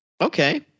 Okay